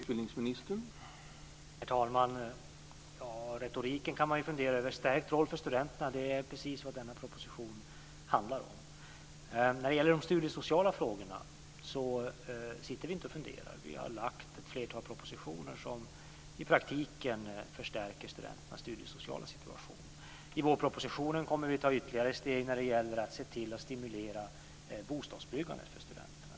Herr talman! Man kan fundera över retoriken. Denna proposition handlar precis om en stärkt roll för studenterna. När det gäller de studiesociala frågorna sitter vi inte och funderar. Vi har lagt fram ett flertal propositioner som i praktiken förstärker studenternas studiesociala situation. I vårpropositionen kommer vi att ta ytterligare steg för att se till att stimulera byggandet av studentbostäder.